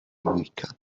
weaker